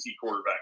quarterback